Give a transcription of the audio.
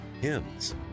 hymns